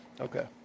Okay